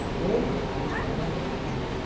all of that was part of the picture.